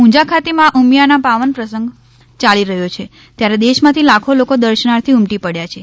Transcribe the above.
ઊઝા ખાતે મા ઉમિયાનો પાવન પ્રસંગ યાલી રહ્યો છે ત્યારે દેશમાંથી લાખો લોકો દર્શનાર્થે ઉમટી પડ્યા છે